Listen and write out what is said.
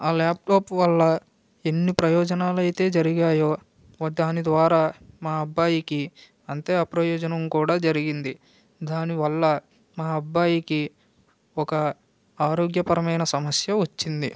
ఆ ల్యాప్టాప్ వల్ల ఎన్ని ప్రయోజనాలు అయితే జరిగాయో దాని ద్వారా మా అబ్బాయికి అంతే అప్రయోజనం కూడా జరిగింది దానివల్ల మా అబ్బాయికి ఒక ఆరోగ్యపరమైన సమస్య వచ్చింది